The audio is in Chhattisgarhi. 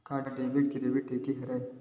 का डेबिट क्रेडिट एके हरय?